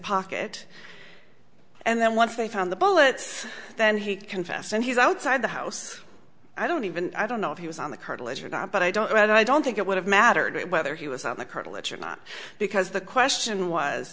pocket and then once they found the bullets then he confessed and he's outside the house i don't even i don't know if he was on the cartilage or not but i don't read i don't think it would have mattered whether he was on the cartilage or not because the question was